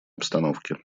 обстановке